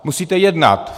Musíte jednat.